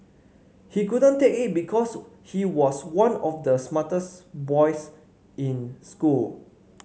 he couldn't take it because he was one of the smartest boys in school